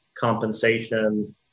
compensation